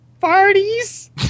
parties